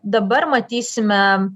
dabar matysime